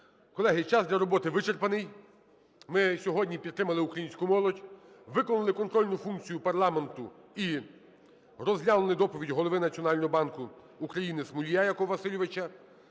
Колеги, час для роботи вичерпаний. Ми сьогодні підтримали українську молодь, виконали контрольну функцію парламенту і розглянули доповідь Голови Національного банку України Смолія Якова Васильовича.